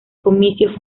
comicios